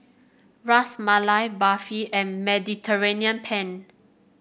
Ras Malai Barfi and Mediterranean Penne